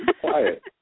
Quiet